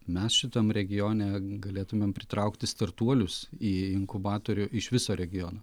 mes šitam regione galėtumėm pritraukti startuolius į inkubatorių iš viso regiono